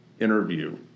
interview